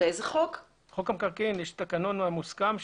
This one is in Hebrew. בחוק המקרקעין יש תקנון מוסכם,